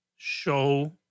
show